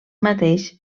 mateix